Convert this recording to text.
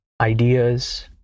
ideas